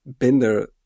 Binder